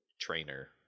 trainer